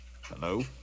Hello